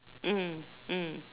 mm mm